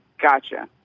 Gotcha